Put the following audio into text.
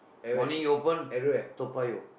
morning you open Toa-Payoh